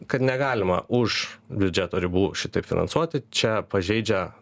kad negalima už biudžeto ribų šitaip finansuoti čia pažeidžia